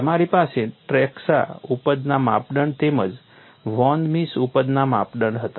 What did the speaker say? તમારી પાસે ટ્રેસ્કા ઉપજના માપદંડ તેમજ વોન મિસ ઉપજના માપદંડ હતા